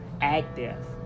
active